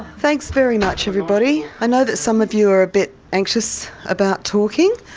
thanks very much everybody. i know that some of you are a bit anxious about talking,